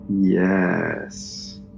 Yes